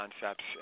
concepts